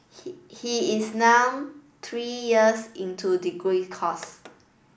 he he is now three years into degree course